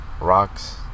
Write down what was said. rocks